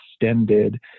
extended